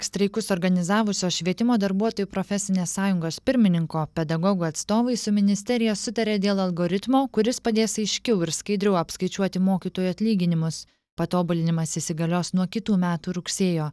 streikus organizavusios švietimo darbuotojų profesinės sąjungos pirmininko pedagogų atstovai su ministerija sutarė dėl algoritmo kuris padės aiškiau ir skaidriau apskaičiuoti mokytojų atlyginimus patobulinimas įsigalios nuo kitų metų rugsėjo